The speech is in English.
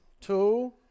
Two